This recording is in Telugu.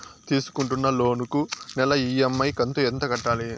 తీసుకుంటున్న లోను కు నెల ఇ.ఎం.ఐ కంతు ఎంత కట్టాలి?